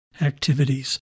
activities